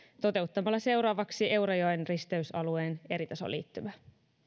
toteuttamalla seuraavaksi eurajoen risteysalueen eritasoliittymä